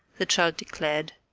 the child declared.